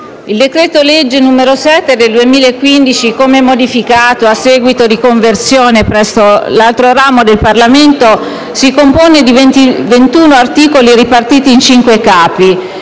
il decreto-legge n. 7 del 2015, come modificato a seguito dell'esame presso l'altro ramo del Parlamento, si compone di 21 articoli, ripartiti in cinque capi.